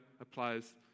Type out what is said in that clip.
applies